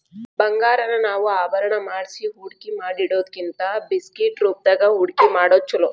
ಬಂಗಾರಾನ ನಾವ ಆಭರಣಾ ಮಾಡ್ಸಿ ಹೂಡ್ಕಿಮಾಡಿಡೊದಕ್ಕಿಂತಾ ಬಿಸ್ಕಿಟ್ ರೂಪ್ದಾಗ್ ಹೂಡ್ಕಿಮಾಡೊದ್ ಛೊಲೊ